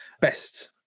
best